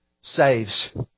saves